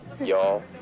Y'all